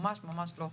ממש לא.